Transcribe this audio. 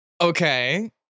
Okay